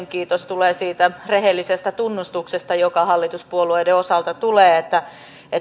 kiitos tulee siitä rehellisestä tunnustuksesta joka hallituspuolueiden osalta tulee että